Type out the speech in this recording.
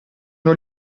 non